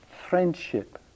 friendship